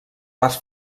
pas